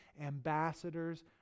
ambassadors